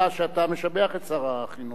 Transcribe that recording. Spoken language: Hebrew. עלה שאתה משבח את שר החינוך.